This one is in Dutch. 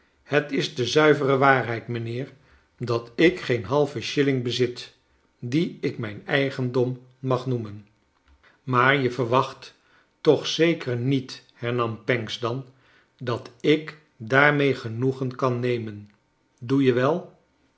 het is de zuivere waarheid mij nheer dat ik geen halven shilling bezit dien ik mijn eigendom mag noemen maar je verwacht toch zeker niet hernam pancks dan dat ik daarmee genoegen kan nemen doe je wel